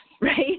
right